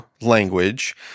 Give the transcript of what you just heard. language